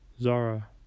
Zara